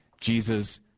jesus